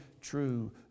true